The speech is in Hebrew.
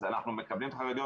אז אנחנו מקבלים חרדיות.